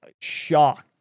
shocked